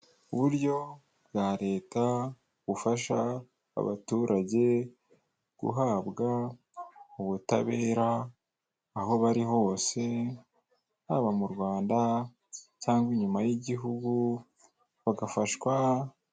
Uburyo bwa Leta, bufasha abaturage guhabwa ubutabera aho bari hose, haba mu Rwanda cyangwa inyuma y'igihugu bagafashwa.